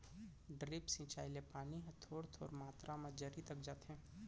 drip सिंचई ले पानी ह थोर थोर मातरा म जरी तक जाथे